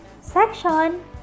section